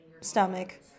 stomach